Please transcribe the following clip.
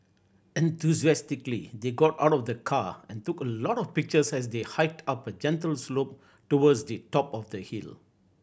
enthusiastically they got out of the car and took a lot of pictures as they hiked up a gentle slope towards the top of the hill